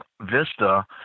Vista